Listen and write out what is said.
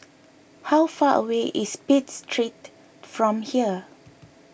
how far away is Pitt Street from here